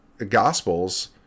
gospels